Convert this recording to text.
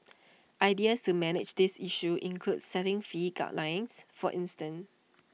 ideas to manage this issue include setting fee guidelines for instance